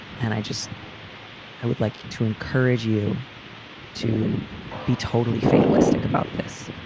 and i just i would like to encourage you to be totally fatalistic about this,